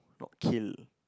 not kill